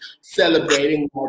celebrating